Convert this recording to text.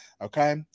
Okay